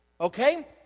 Okay